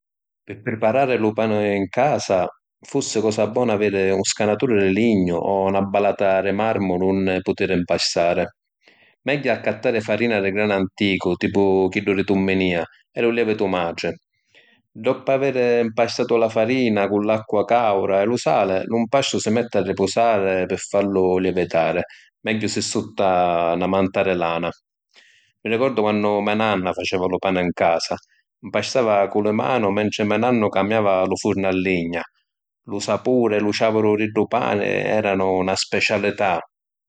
Pi priparari lu pani ‘n casa fussi cosa bona aviri un scanaturi di lignu o na balata di marmu d’unni putiri ‘mpastari. Megghiu accattàri farina di granu anticu, tipu chiddu di Tumminia, e lu lievitu matri. Doppu aviri ‘mpastatu la farina cu l’acqua cauda e lu sali, lu ‘mpastu si metti a ripusari pi fallu lievitari, megghiu si sutta na manta di lana. Mi ricordu quannu me’ nanna faceva lu pani ‘n casa, ‘mpastava cu li manu mentri me’ nannu camiàva lu furnu a ligna. Lu sapuri e lu ciauru di ddu pani eranu na spicialità.